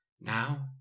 Now